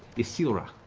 issylra.